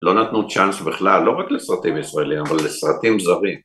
לא נתנו צ'אנס בכלל, לא רק לסרטים ישראלים, אבל לסרטים זרים.